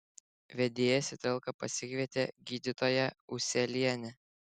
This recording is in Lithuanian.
vedėjas į talką pasikvietė gydytoją ūselienę